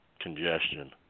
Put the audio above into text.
congestion